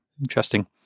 interesting